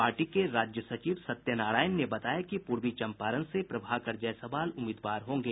party के राज्य सचिव सत्यनारायण ने बताया कि पूर्वी चंपारण से प्रभाकर जायसवाल उम्मीदवार होंगे